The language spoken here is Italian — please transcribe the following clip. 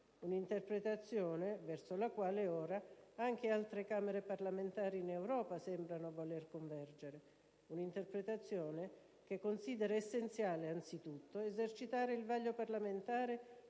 europea, verso la quale ora anche altre Camere parlamentari in Europa sembrano voler convergere. Un'interpretazione che considera essenziale, anzitutto, esercitare il vaglio parlamentare